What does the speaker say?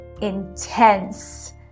intense